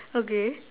okay